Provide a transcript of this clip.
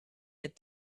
had